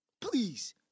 Please